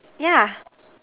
yeah